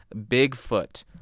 Bigfoot